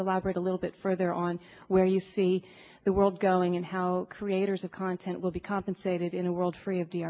elaborate a little bit further on where you see the world going and how creators of content will be compensated in a world free of